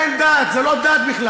זאת דת של אין-דת, זו לא דת בכלל.